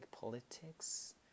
politics